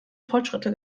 fortschritte